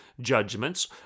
judgments